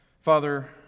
Father